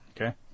Okay